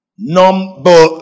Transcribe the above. number